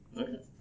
Okay